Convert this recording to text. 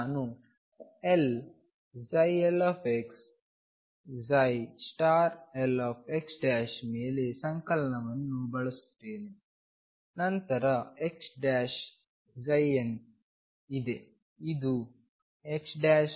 ನಾನು l lxlx ಮೇಲೆ ಸಂಕಲನವನ್ನು ಬಳಸುತ್ತೇನೆ ನಂತರ xn ಇದೆ ಇದು xxdx